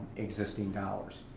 existing dollars.